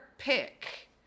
Pick